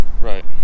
right